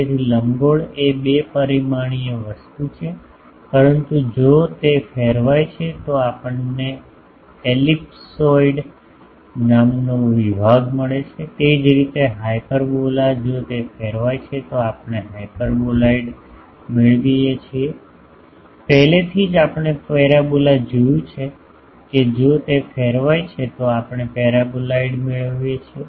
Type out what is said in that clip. તેથી લંબગોળ એ બે પરિમાણીય વસ્તુ છે પરંતુ જો તે ફેરવાય છે તો આપણને એલિપ્સોઇડ નામનો વિભાગ મળે છે તે જ રીતે હાયપરબોલા જો તે ફેરવાય છે તો આપણે હાયપરબોલોઇડ મેળવીએ છીએ પહેલેથી જ આપણે પેરાબોલા જોયું છે કે જો તે ફેરવાય છે તો આપણે પેરાબોલાઇડ મેળવીએ છીએ